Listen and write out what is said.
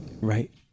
right